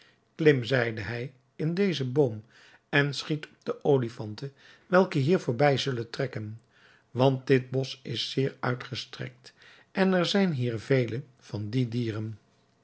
klim zeide hij in dezen boom en schiet op de olifanten welke hier voorbij zullen trekken want dit bosch is zeer uitgestrekt en er zijn hier vele van die dieren